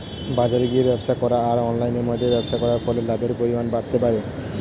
বাজারে গিয়ে ব্যবসা করা আর অনলাইনের মধ্যে ব্যবসা করার ফলে লাভের পরিমাণ বাড়তে পারে?